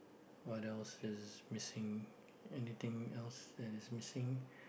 what else is missing anything else that is missing